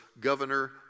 governor